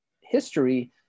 history